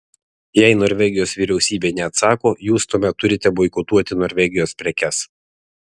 jei norvegijos vyriausybė neatsako jūs tuomet turite boikotuoti norvegijos prekes